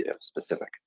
specific